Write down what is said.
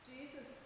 Jesus